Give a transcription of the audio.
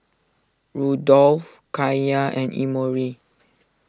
Rudolph Kaiya and Emory